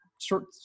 Short